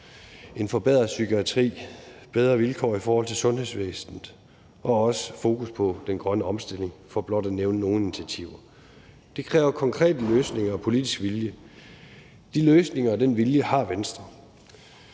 en forbedret psykiatri, bedre vilkår i forhold til sundhedsvæsenet og også med fokus på den grønne omstilling, for bare at nævne nogle af initiativerne. Kl. 10:32 Det kræver konkrete løsninger og politisk vilje. De løsninger og den vilje har Venstre.